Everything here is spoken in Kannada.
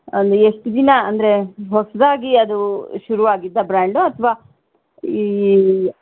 ಒಂದು ಎಷ್ಟು ದಿನ ಅಂದರೆ ಹೊಸದಾಗಿ ಅದು ಶುರುವಾಗಿದ್ದ ಬ್ರ್ಯಾಂಡು ಅಥವಾ ಈ